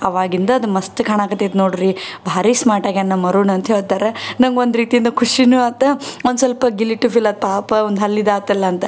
ಆವಾಗಿಂದ ಅದು ಮಸ್ತ್ ಕಾಣಾಕತ್ತೈತಿ ನೋಡಿರಿ ಭಾರೀ ಸ್ಮಾರ್ಟ್ ಆಗ್ಯಾನ ನಮ್ಮ ಅರುಣ್ ಅಂತ ಹೇಳ್ತಾರೆ ನಂಗೆ ಒಂದು ರೀತಿಯಿಂದ ಖುಷಿಯೂ ಆಯ್ತು ಒಂದು ಸ್ವಲ್ಪ ಗಿಲಿಟಿ ಫೀಲ್ ಆಯ್ತು ಪಾಪ ಅವಂದು ಹಲ್ಲು ಇದಾಯ್ತಲ್ಲ ಅಂತ